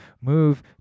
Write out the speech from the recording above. move